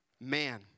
man